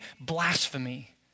blasphemy